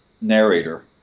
narrator